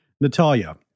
Natalia